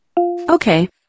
Okay